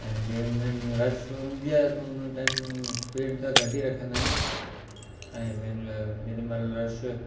ऐं जंहिं महिल रश हूंदी आहे त उन टाइम स्पीड त घटि ई रखंदा आहियूं ऐं पंहिंजो जेॾीमहिल रश